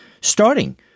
starting